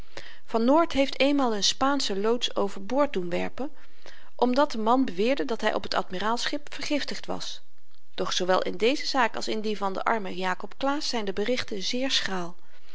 van noort heeft eenmaal n spaanschen loods over boord doen werpen omdat de man beweerde dat hy op t admiraalschip vergiftigd was doch zoowel in deze zaak als in die van den armen jakob claesz zyn de berichten zeer schraal